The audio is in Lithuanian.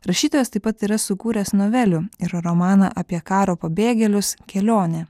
rašytojas taip pat yra sukūręs novelių ir romaną apie karo pabėgėlius kelionė